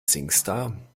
singstar